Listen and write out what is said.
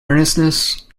earnestness